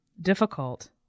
difficult